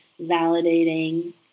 validating